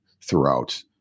throughout